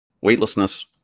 Weightlessness